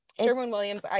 Sherwin-Williams